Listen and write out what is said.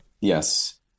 Yes